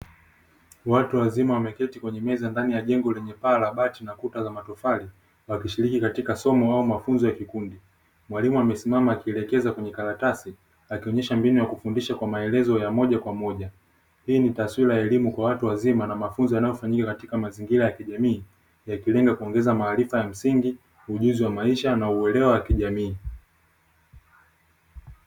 Watu wazima wameketi kwenye meza ndani ya jengo lenye paa la bati na kuta za matofali, wakishiriki katika somo au mafunzo ya kikundi. Mwalimu amesimama akielekeza kwenye karatasi, akionyesha mbinu ya kufundisha kwa maelezo ya moja kwa moja. Hii ni taswira ya elimu kwa watu wazima na mafunzo yanayofanyika katika mazingira ya kijamii, yakilenga kuongeza maarifa ya msingi, ujuzi wa maisha na uelewa wa kijamii.